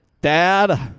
dad